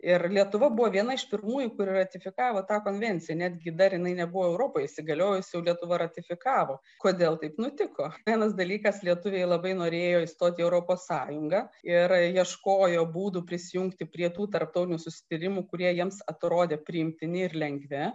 ir lietuva buvo viena iš pirmųjų kuri ratifikavo tą konvenciją netgi dar jinai nebuvo europoj įsigaliojusi o lietuva ratifikavo kodėl taip nutiko vienas dalykas lietuviai labai norėjo įstoti į europos sąjungą ir ieškojo būdų prisijungti prie tų tarptautinių susitarimų kurie jiems atrodė priimtini ir lengvi